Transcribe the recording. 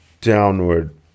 downward